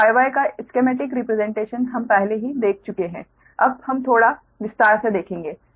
तो Y Y का schematic representation हम पहले ही देख चुके हैं अब हम थोड़ा विस्तार से देखेंगे